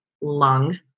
lung